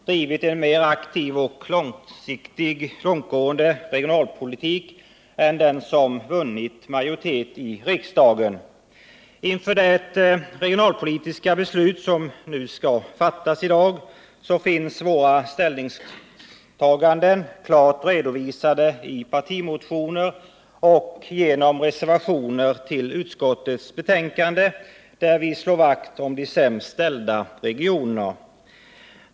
Herr talman! Centern har under en lång tidsperiod drivit en mer aktiv och långtgående regionalpolitik än den som vunnit majoritet i riksdagen. Inför det regionalpolitiska beslut som nu skall fattas i dag finns våra ställningstaganden klart redovisade i partimotioner och genom reservationer till utskottets betänkande, där vi slår vakt om de sämst ställda regionerna.